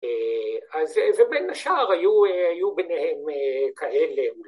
ובין השאר היו ביניהם כאלה.